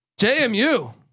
JMU